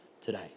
today